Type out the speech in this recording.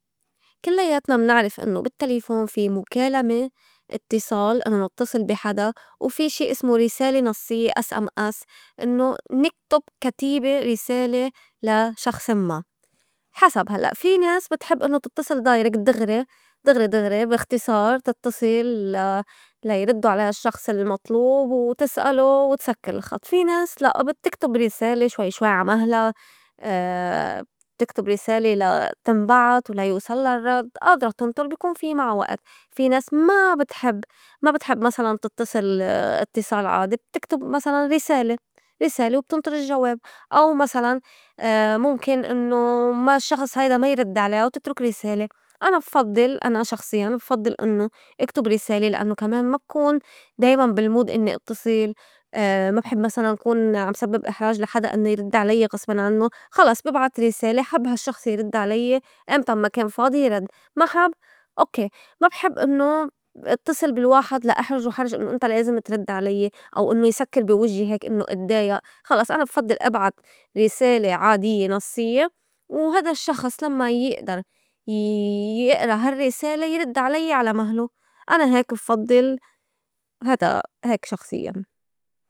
كلّياتنا منعرف إنّو بالتّليفون في مُكالمة إتصال إنّو نتّصل بي حدا وفي شي إسمو رسالة نصيّة sms إنّو نكتُب كتيبة رِسالة لا شخصاً ما، حسب هلّأ في ناس بتحب إنّو تتصل direct دغري- دغري- دغري بي إختصار تتّصل لا- لا يردّو عليا الشّخص المطلوب وتسألو وتسكّر الخط، في ناس لأ بتكتُب رسالة شوي- شوي عا مهلا بتكتُب رِسالة لتنبعت ولا يوصلّا الرّد آدرة تنطُر بيكون في معا وقت، في ناس ما- بتحب- ما بتحب مسلاً تتّصل اتصال عادي بتكتُب مسلاً رسالة- رسالة وبتنطُر الجّواب، أو مسلاً مُمكن إنّو ما الشّخص هيدا ما يرد عليا وتترُك رسالة، أنا بفضّل أنا شخصيّاً بفضّل إنّو اكتب رسالة لأنّو كمان ما بكون دايماً بالمود إنّي إتّصل، ما بحب مسلاً كون عم سبّب إحراج لا حدا إنّي يرد علي غصمن عنّو خلص ببعت رسالة حب هالشّخص يرد علي إمتاً ما كان فاضي يرد ما حب أوكّي ما بحب إنّو إتّصل بالواحد لا أحرجُ حرج إنّو انت لازم ترد عليّ أو إنّو يسكّر بوجّي هيك إنّو اتدايئ خلص أنا بفضّل أبعت رسالة عاديّة نصيّة وهيدا الشّخص لمّا يئدر ي- يقرى هالرّسالة يرد علي على مهلو أنا هيك بفضّل هيدا هيك شخصيّة.